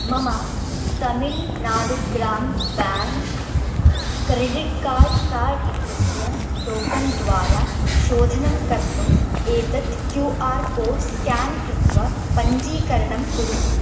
मम तमिल्नाडु ग्राम bank credit card card इत्यस्य टोकन् द्वारा शोधनं कर्तुम् एतत् क्यू आर् कोड् स्केन् कृत्वा पञ्जीकरणं कुरु